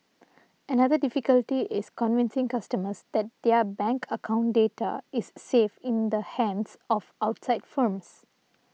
another difficulty is convincing customers that their bank account data is safe in the hands of outside firms